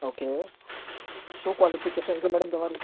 okay શું qualification છે madam તમારું